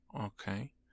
Okay